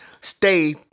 stay